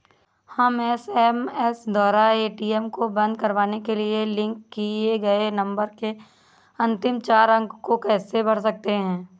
हम एस.एम.एस द्वारा ए.टी.एम को बंद करवाने के लिए लिंक किए गए नंबर के अंतिम चार अंक को कैसे भर सकते हैं?